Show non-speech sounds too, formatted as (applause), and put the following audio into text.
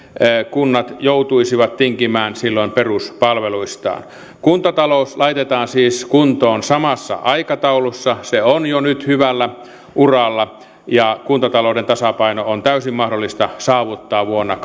kunnat joutuisivat tinkimään silloin peruspalveluistaan kuntatalous laitetaan siis kuntoon samassa aikataulussa se on jo nyt hyvällä uralla ja kuntatalouden tasapaino on täysin mahdollista saavuttaa vuonna (unintelligible)